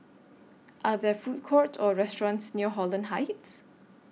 Are There Food Courts Or restaurants near Holland Heights